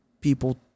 people